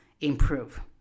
improve